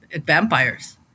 vampires